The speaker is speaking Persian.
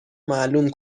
معلوم